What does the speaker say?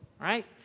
right